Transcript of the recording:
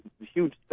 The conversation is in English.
huge